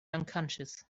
unconscious